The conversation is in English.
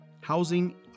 Housing